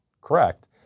Correct